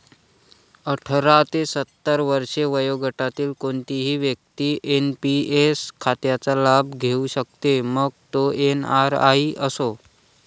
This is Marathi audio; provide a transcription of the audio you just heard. अठरा ते सत्तर वर्षे वयोगटातील कोणतीही व्यक्ती एन.पी.एस खात्याचा लाभ घेऊ शकते, मग तो एन.आर.आई असो